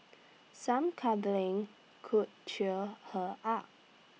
some cuddling could cheer her up